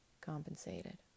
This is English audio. compensated